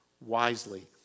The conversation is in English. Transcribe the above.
wisely